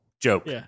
joke